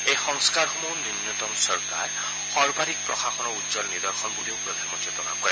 এই সংস্থাৰসমূহ ন্যূনতম চৰকাৰ সৰ্বাধিক প্ৰশাসনৰ উজ্জ্বল নিদৰ্শন বুলিও প্ৰধানমন্তীয়ে প্ৰকাশ কৰে